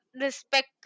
respect